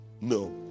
No